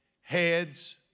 Heads